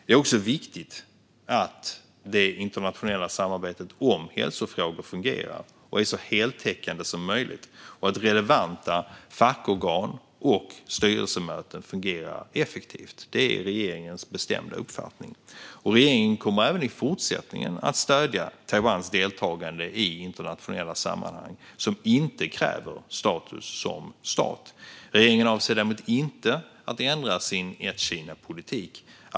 Det är också viktigt att det internationella samarbetet om hälsofrågor fungerar och är så heltäckande som möjligt, liksom att relevanta fackorgan och styrelsemöten fungerar effektivt. Det är regeringens bestämda uppfattning. Regeringen kommer även i fortsättningen att stödja Taiwans deltagande i internationella sammanhang som inte kräver status som stat. Regeringen avser däremot inte att ändra sin ett-Kina-politik.